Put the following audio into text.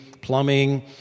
plumbing